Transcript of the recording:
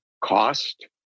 Cost